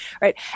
right